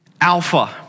Alpha